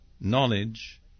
knowledge